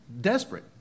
desperate